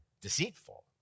deceitful